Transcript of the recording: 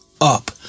up